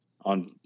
on